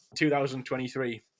2023